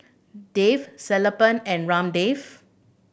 Dev Sellapan and Ramdev